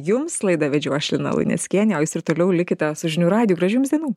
jums laidą vedžiau aš lina luneckienė o jūs ir toliau likite su žinių radiju gražių jums dienų